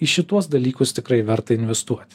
į šituos dalykus tikrai verta investuot